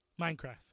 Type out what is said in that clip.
Minecraft